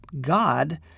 God